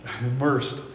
Immersed